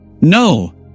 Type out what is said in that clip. No